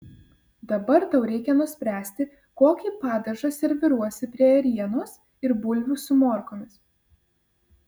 dabar tau reikia nuspręsti kokį padažą serviruosi prie ėrienos ir bulvių su morkomis